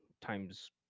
times